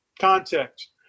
context